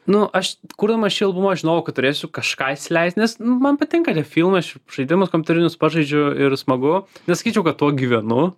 nu aš kurdamas šį albumą žinojau kad turėsiu kažką įsileist nes nu man patinka tie filmai aš ir žaidimus kompiuterinius pažaidžiu ir smagu nesakyčiau kad tuo gyvenu